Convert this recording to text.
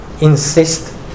insist